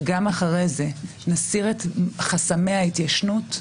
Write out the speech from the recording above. וגם אחרי זה נסיר את חסמי ההתיישנות,